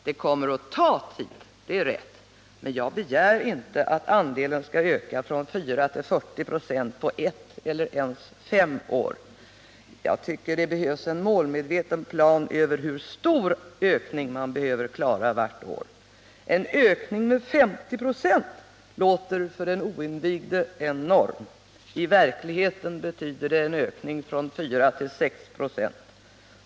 Det kommer att ra tid — det är rätt. Men jag begär inte att andelen skall öka från 4 till 40 96 på ett eller ens fem år. Jag tycker det behövs en målmedveten plan över hur stor ökning man behöver klara varje år. En ökning med 50 96 låter för den oinvigde enorm. I verkligheten betyder det en ökning från 4 till 6 96.